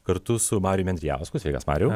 kartu su mariumi andrijausku sveikas marijau